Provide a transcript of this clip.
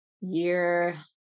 year